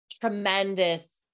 tremendous